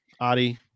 Adi